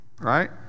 Right